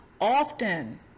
often